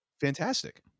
fantastic